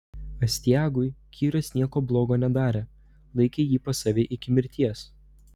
astiagui kyras nieko blogo nedarė laikė jį pas save iki mirties